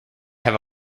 have